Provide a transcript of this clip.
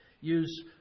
use